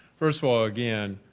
first of all again,